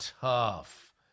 tough